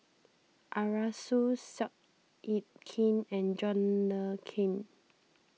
Arasu Seow Yit Kin and John Le Cain